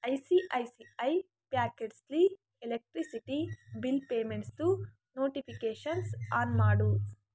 I C I C I ಪ್ಯಾಕೆಟ್ಸ್ಲಿ electricity bill ಪೇಮೆಂಟ್ಸ್ದು notifications on ಮಾಡು